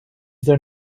their